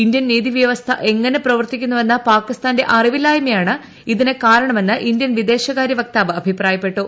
Indian നീതിവ്യവസ്ഥ എങ്ങനെ പ്രവ്ർത്തിക്കുന്നുവെന്ന പാകിസ്ഥാന്റെ അറിവില്ലായ്മയാണ് ഇതിന്റ് കാരണമെന്ന് ഇന്ത്യൻ വിദേശകാര്യ വക്താവ് അഭിപ്രായപ്പെട്ടു